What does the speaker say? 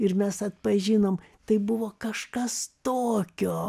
ir mes atpažinom tai buvo kažkas tokio